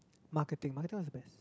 marketing marketing was the best